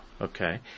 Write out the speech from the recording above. Okay